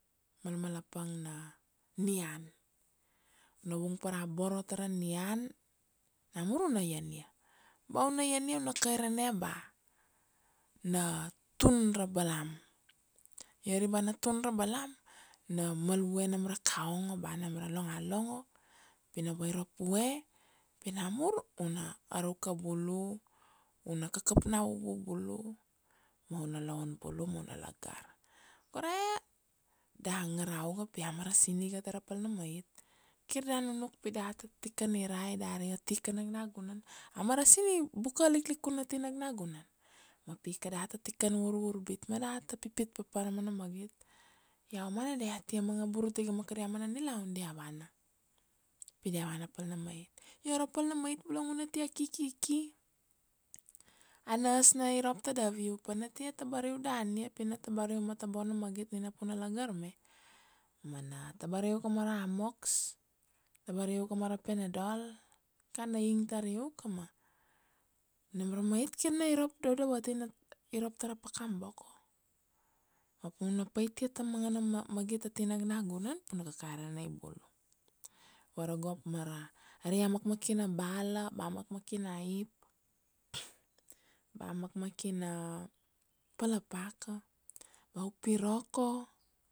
Malmalapang na nian, una vung para boro tara nian, namur una ian ia. Ba una ian ia una kairana ba, na tun ra balam, iori ba na tun ra balam, na malvue nam ra kaunga ba nam ra longalongo, pi na vairap uve pi namur, una aruka bulu una kakap na uvu bulu, ma una loun bulu ma una lagar, go rae da ngarau iga pi a marasin iga tara pal na mait, kir da nunuk pi data tikan irai dari atika nagnagunan, a marasin ibuka liklikun ati nagnagunan, ma pi kadat ta tiken vurvurbit ma dat pipit papa ra mana magit, aumana diat ti manga burut iga ma kada mana nilaun dia vana, pi dia vana pal na mait, io oro pal na mait bulong una tia kiki, a nurse na irop tadap u pana tia tabar u dania pina tabar u ma to boina magit nina pina lagar ma, ma na tabariu ka mara amox, tabariuka mara panadol kana ingtar u ka ma, nam ra mait kir na irop dodovot tina irop tara pakam boko, ma pa una paitia ta mana magit ati nagnagunan pi una kairana bulu,